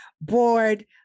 Board